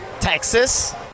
Texas